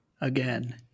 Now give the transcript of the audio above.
Again